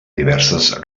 diverses